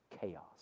chaos